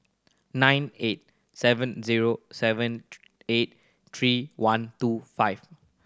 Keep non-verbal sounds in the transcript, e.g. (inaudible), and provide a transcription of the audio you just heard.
nine eight seven zero seven (unintelligible) eight three one two five